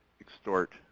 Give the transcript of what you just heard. extort